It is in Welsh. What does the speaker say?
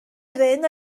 aderyn